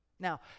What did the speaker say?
Now